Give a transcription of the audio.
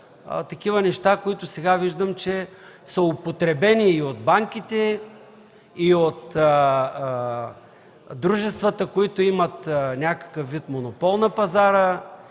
такива неща, които сега виждам, че са употребени от банките, от дружествата, които имат някакъв вид монопол на пазара,